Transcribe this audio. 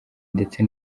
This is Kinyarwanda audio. ndetse